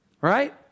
right